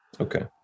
okay